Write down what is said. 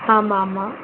ஆமாம் ஆமாம்